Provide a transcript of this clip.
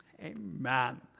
Amen